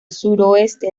suroeste